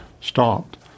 stopped